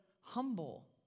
humble